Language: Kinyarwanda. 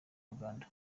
uganda